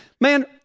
Man